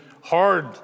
hard